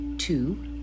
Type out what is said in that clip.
Two